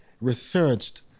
researched